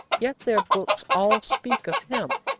yet their books all speak of him.